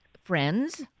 friends